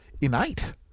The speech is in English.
innate